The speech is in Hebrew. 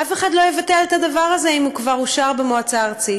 אף אחד לא יבטל את הדבר הזה אם הוא כבר אושר במועצה הארצית.